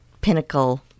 pinnacle